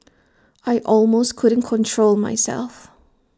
I almost couldn't control myself